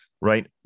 right